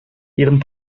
ihren